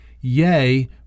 yay